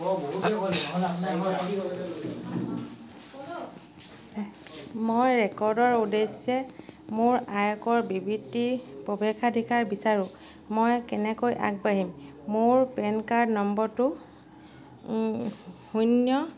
মই ৰেকৰ্ডৰ উদ্দেশ্যে মোৰ আয়কৰ বিবৃতিৰ প্ৰৱেশাধিকাৰ বিচাৰোঁ মই কেনেকৈ আগবাঢ়িম মোৰ পেন কাৰ্ড নম্বৰটো শূন্য